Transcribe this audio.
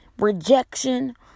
rejection